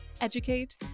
educate